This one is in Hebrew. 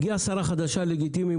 הגיעה שרה חדשה לגיטימי,